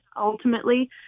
ultimately